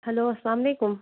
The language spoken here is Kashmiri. ہیٚلو اَسلام علیکُم